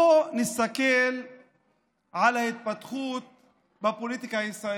בואו נסתכל על ההתפתחות בפוליטיקה הישראלית.